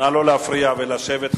נא לא להפריע ולשבת.